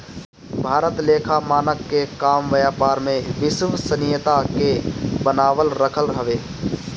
भारतीय लेखा मानक के काम व्यापार में विश्वसनीयता के बनावल रखल हवे